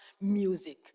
music